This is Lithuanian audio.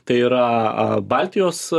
tai yra a baltijos